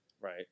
Right